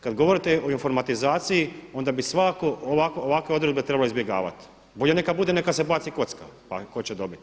Kada govorite o informatizaciji onda bi svakako ovakve odredbe trebalo izbjegavati, bolje neka bude, neka se baci kocka pa tko će dobiti.